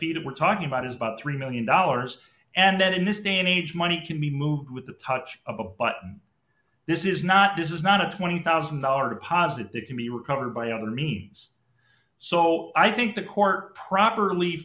feed we're talking about is about three million dollars and then in this day and age money can be moved with the touch of a but this is not this is not a twenty thousand dollars deposit that can be recovered by other means so i think the court properly